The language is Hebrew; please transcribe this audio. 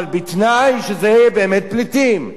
אבל בתנאי שזה באמת פליטים.